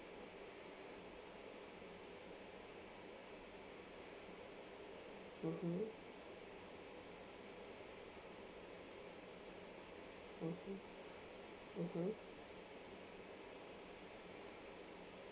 mmhmm mmhmm mmhmm